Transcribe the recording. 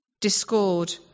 discord